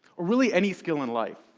really, any skill in life.